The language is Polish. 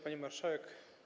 Pani Marszałek!